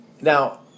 now